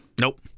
Nope